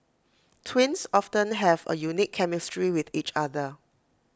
twins often have A unique chemistry with each other